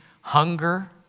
hunger